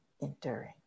enduring